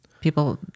People